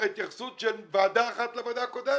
ההתייחסות של ועדה אחת לוועדה הקודמת